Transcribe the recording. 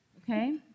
okay